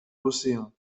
l’océan